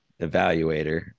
evaluator